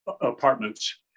apartments